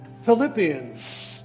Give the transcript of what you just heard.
Philippians